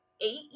eight